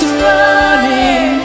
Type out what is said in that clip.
running